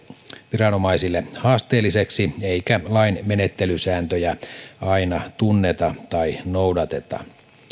viranomaisille haasteelliseksi eikä lain menettelysääntöjä aina tunneta tai noudateta